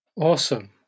Awesome